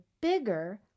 bigger